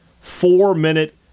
four-minute